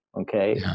Okay